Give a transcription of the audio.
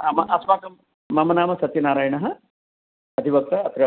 अस्माकं मम नाम सत्यनारायणः अधिवक्ता अत्र